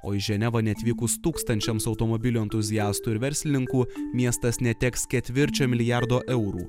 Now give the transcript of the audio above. o į ženevą neatvykus tūkstančiams automobilių entuziastų ir verslininkų miestas neteks ketvirčio milijardo eurų